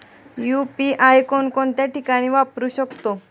UPI कोणकोणत्या ठिकाणी वापरू शकतो?